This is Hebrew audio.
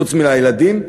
חוץ מלילדים,